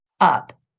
up